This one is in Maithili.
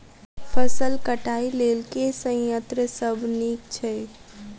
फसल कटाई लेल केँ संयंत्र सब नीक छै?